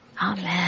Amen